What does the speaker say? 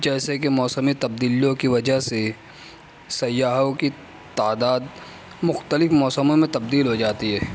جیسے کہ موسمی تبدیلیوں کی وجہ سے سیاحوں کی تعداد مختلف موسموں میں تبدیل ہو جاتی ہے